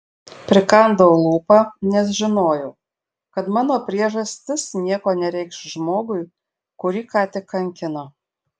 prikandau lūpą nes žinojau kad mano priežastis nieko nereikš žmogui kurį ką tik kankino